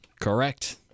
Correct